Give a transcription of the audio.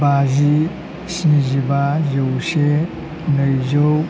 बाजि स्निजिबा जौसे नैजौ